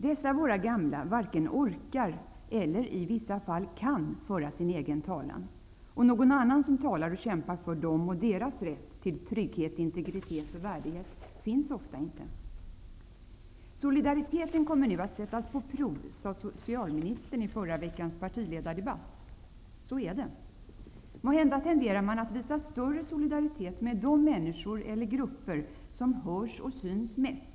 Dessa våra gamla varken orkar eller -- i vissa fall -- kan föra sin egen talan. Någon annan som talar och kämpar för dem och för deras rätt till trygghet, integritet och värdighet finns ofta inte. ''Solidariteten kommer nu att sättas på prov'', sade socialministern i förra veckans partidebatt. Så är det. Måhända tenderar man att visa större solidaritet med de människor eller grupper som hörs och syns mest.